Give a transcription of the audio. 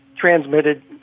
transmitted